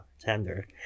tender